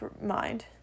mind